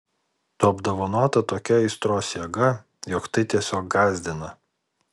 tu apdovanota tokia aistros jėga jog tai tiesiog gąsdina